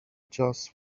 just